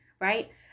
right